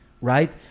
Right